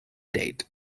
date